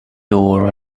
door